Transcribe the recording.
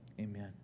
amen